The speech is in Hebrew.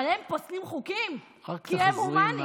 אבל הם פוסלים חוקים, כי הם הומניים.